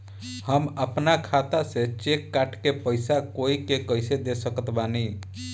हम अपना खाता से चेक काट के पैसा कोई के कैसे दे सकत बानी?